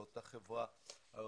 לאותה חברה ערבית.